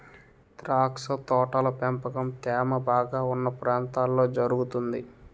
ద్రాక్ష తోటల పెంపకం తేమ బాగా ఉన్న ప్రాంతాల్లో జరుగుతుంది